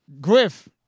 Griff